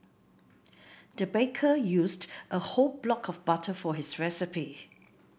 the baker used a whole block of butter for this recipe